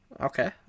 Okay